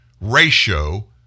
Ratio